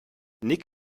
nick